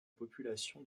populations